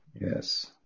Yes